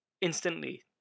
instantly